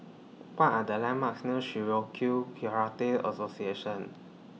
What Are The landmarks near Shitoryu Karate Association